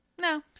no